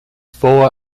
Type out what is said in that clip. four